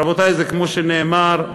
רבותי, זה כמו שנאמר,